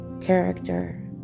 character